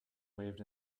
waved